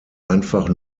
einfach